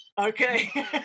Okay